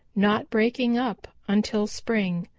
not breaking up until spring.